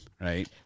right